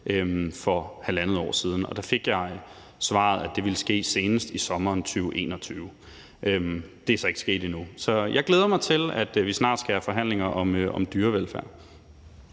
for halvandet år siden, og der fik jeg det svar, at det ville ske senest i sommeren 2021. Det er så ikke sket endnu. Så jeg glæder mig til, at vi snart skal have forhandlinger om dyrevelfærd.